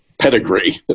pedigree